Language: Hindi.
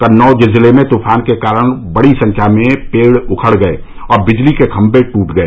कन्नौज जिले में तूफान के कारण बड़ी तादाद में पेड़ उखड़ गए और बिजली के खम्भे टूट गए